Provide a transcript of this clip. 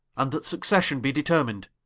and that succession be determined